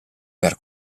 per